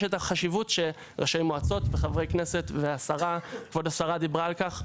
החשיבות שראשי מועצות וחברי כנסת וכבוד השרה דיברו על כך,